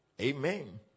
Amen